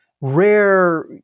rare